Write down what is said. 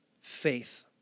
faith